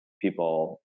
people